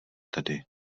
tedy